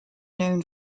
known